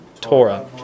Torah